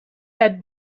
had